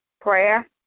prayer